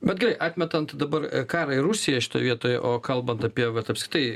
bet gerai atmetant dabar karą ir rusiją šitoj vietoj o kalbant apie vat apskritai